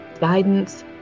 guidance